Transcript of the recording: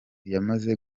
yamaze